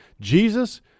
Jesus